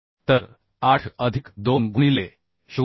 तर 8 अधिक 2 गुणिले 0